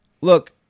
Look